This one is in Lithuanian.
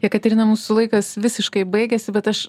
jekaterina mūsų laikas visiškai baigėsi bet aš